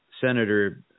Senator